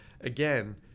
Again